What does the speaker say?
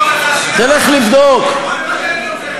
אבל הוא לא רוצה,